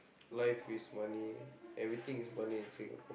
life is money everything is money in Singapore